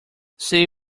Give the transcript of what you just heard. say